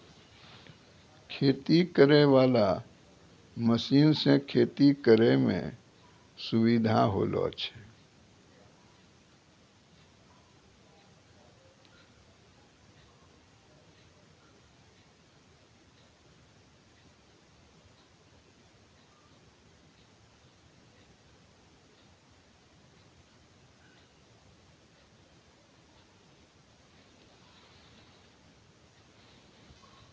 खेती करै वाला मशीन से खेती करै मे सुबिधा होलो छै